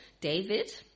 David